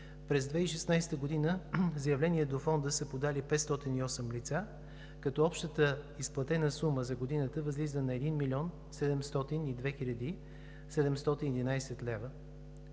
През 20016 г. заявление до Фонда са подали 508 лица като общата изплатена сума за годината възлиза на 1 млн. 702 хил. 711 лв.